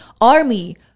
Army